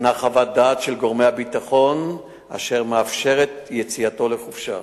ניתנה חוות דעת של גורמי הביטחון אשר מאפשרת את יציאתו לחופשה.